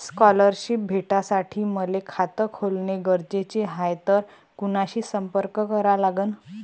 Scholarship भेटासाठी मले खात खोलने गरजेचे हाय तर कुणाशी संपर्क करा लागन?